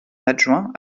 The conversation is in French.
adjoint